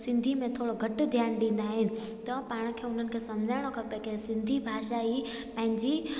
सिंधी में थोरो घटि ध्यानु ॾींदा आहिनि त पाण खे हुननि खे सम्झाइणो खपे के सिंधी भाषा ई पंहिंजी